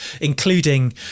including